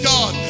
God